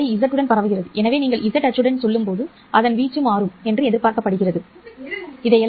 அலை z உடன் பரவுகிறது எனவே நீங்கள் z அச்சுடன் செல்லும்போது அதன் வீச்சு மாறும் என்று எதிர்பார்க்கப்படுகிறது சரி